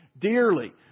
dearly